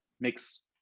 makes